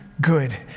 good